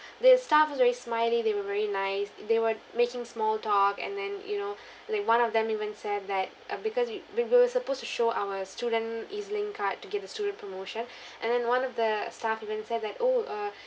the staff was very smiley they were very nice they were making small talk and then you know like one of them even said that uh because we we were supposed to show our student ezlink card to get the student promotion and then one of the staff even said that oh uh